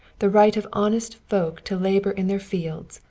the right of honest folk to labor in their fields,